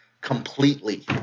completely